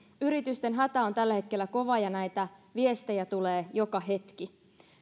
yritysten hätä on tällä hetkellä kova ja näitä viestejä tulee joka hetki